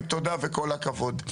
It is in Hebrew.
להודות לך אשרת גני גנון,